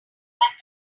that